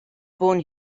born